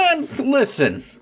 Listen